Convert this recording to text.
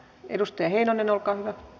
edustaja heinonen olkaa hyvä